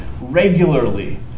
regularly